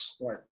right